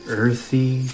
earthy